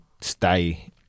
stay